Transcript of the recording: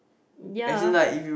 ya